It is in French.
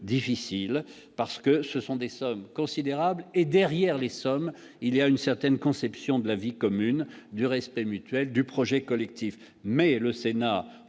difficile parce que ce sont des sommes considérables et derrière les sommes, il y a une certaine conception de la vie commune du respect mutuel du projet collectif, mais le Sénat